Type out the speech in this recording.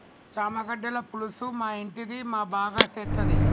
చామగడ్డల పులుసు మా ఇంటిది మా బాగా సేత్తది